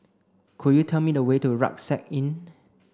could you tell me the way to Rucksack Inn